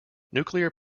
nuclear